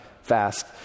fast